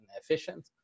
efficient